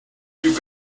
you